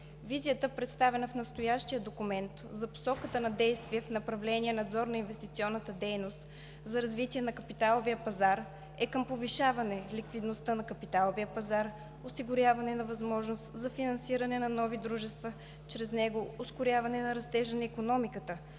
Визията, представена в настоящия документ, за посоката на действие в направление „Надзор на инвестиционната дейност“ за развитие на капиталовия пазар е към повишаване ликвидността на капиталовия пазар, осигуряване на възможност за финансиране на нови дружества чрез него, ускоряване на растежа на икономиката